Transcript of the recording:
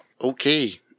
Okay